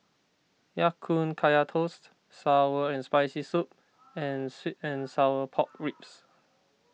Ya Kun Kaya Toast Sour and Spicy Soup and Sweet and Sour Pork Ribs